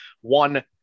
one